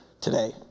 today